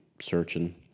searching